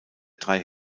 drei